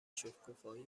شکوفایی